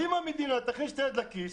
אם המדינה תכניס את היד לכיס,